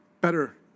better